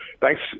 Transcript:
Thanks